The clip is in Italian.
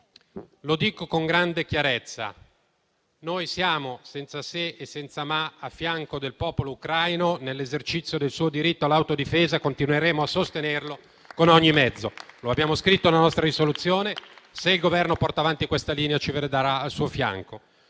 Dico con grande chiarezza che noi siamo, senza se e senza ma, al fianco del popolo ucraino nell'esercizio del suo diritto all'autodifesa e continueremo a sostenerlo con ogni mezzo. Lo abbiamo scritto nella nostra proposta di risoluzione e, se il Governo porterà avanti questa linea ci vedrà al suo fianco.